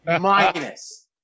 Minus